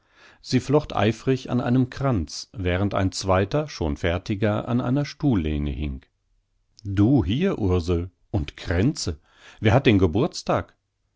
sie flocht eifrig an einem kranz während ein zweiter schon fertiger an einer stuhllehne hing du hier ursel und kränze wer hat denn geburtstag